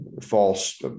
false